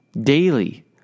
daily